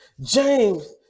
James